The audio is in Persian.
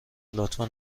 لطفا